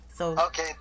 Okay